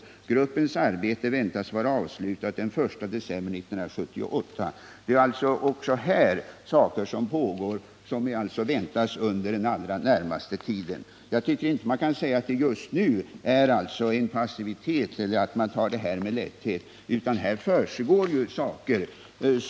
Gruppens arbete väntas vara avslutat den 1 december 1978.” Det pågår alltså även här en utredning, och förslag väntas under den allra närmaste tiden. Jag tycker inte att man kan säga att det just nu råder passivitet eller att regeringen tar det här med lätthet, för här försiggår ju saker.